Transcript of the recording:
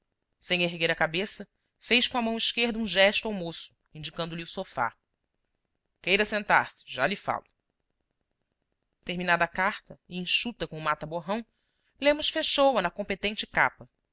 sem erguer a cabeça fez com a mão esquerda um gesto ao moço indicando-lhe o sofá queira sentar-se já lhe falo terminada a carta e enxuta com o mata borrão lemos fechou-a na competente capa